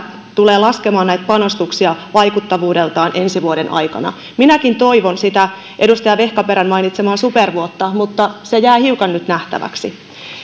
tulee laskemaan näitä panostuksia vaikuttavuudeltaan ensi vuoden aikana minäkin toivon sitä edustaja vehkaperän mainitsemaa supervuotta mutta se jää hiukan nyt nähtäväksi